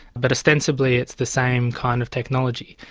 but ostensibly it's the same kind of technology.